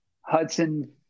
Hudson